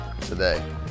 today